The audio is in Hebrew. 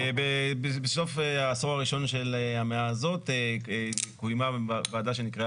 בסוף העשור הראשון של המאה הזאת קוימה ועדה שנקראה